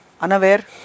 unaware